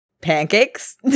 Pancakes